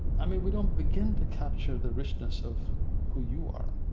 i mean, we don't begin to capture the richness of who you are,